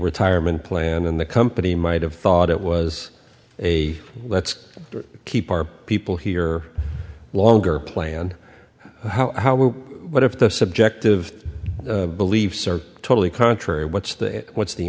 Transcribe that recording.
retirement plan when the company might have thought it was a let's keep our people here longer plan how how what if their subjective beliefs are totally contrary what's the what's the